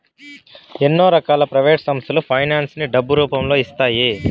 ఎన్నో రకాల ప్రైవేట్ సంస్థలు ఫైనాన్స్ ని డబ్బు రూపంలో ఇస్తాయి